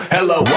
Hello